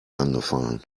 angefallen